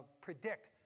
predict